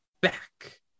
back